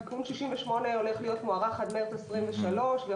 תיקון 68 הולך להיות מוארך עד מרץ 2023 ויכול